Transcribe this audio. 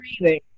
breathing